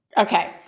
Okay